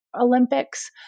Olympics